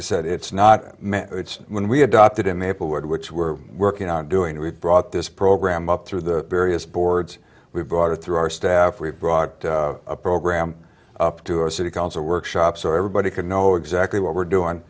i said it's not met when we adopted a maplewood which we're working on doing we brought this program up through the various boards we brought it through our staff we've brought a program up to our city council workshop so everybody can know exactly what we're doing